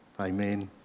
Amen